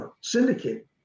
syndicate